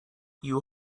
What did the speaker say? you